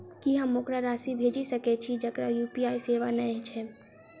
की हम ओकरा राशि भेजि सकै छी जकरा यु.पी.आई सेवा नै छै?